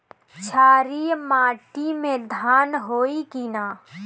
क्षारिय माटी में धान होई की न?